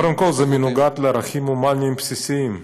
קודם כול, זה מנוגד לערכים הומניים בסיסיים.